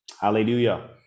Hallelujah